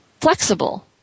flexible